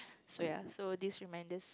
so ya so these reminders